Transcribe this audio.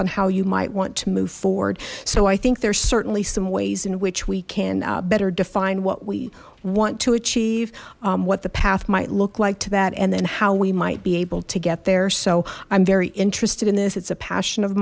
on how you might want to move forward so i think there's certainly some ways in which we can better define what we want to achieve what the path might look like to that and then how we might be able to get there so i'm very interested in this it's a passion of